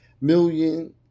million